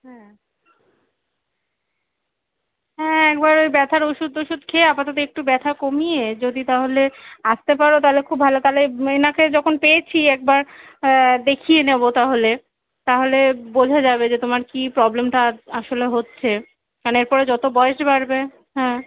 হ্যাঁ একবার ওই ব্যথার ওষুধ টষুধ খেয়ে আপাতত একটু ব্যথা কমিয়ে যদি তাহলে আসতে পারো তাহলে খুব ভালো তাহলে এনাকে যখন পেয়েছি একবার দেখিয়ে নেবো তাহলে তাহলে বোঝা যাবে যে তোমার কী প্রব্লেমটা আসলে হচ্ছে তাহলে এরপরে যতো বয়স বাড়বে হ্যাঁ